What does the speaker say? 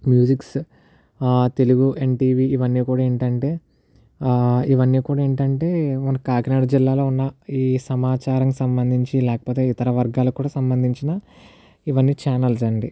musics Telugu NTV ఇవన్నీ కూడా ఏంటంటే ఇవన్నీ కూడా ఏంటంటే మన కాకినాడ జిల్లాలో ఉన్నఈ సమాచారం సంబంధించి లేదా ఇతర వర్గాలకు కూడా సంబంధించిన ఇవన్నీ చానల్స్ అండీ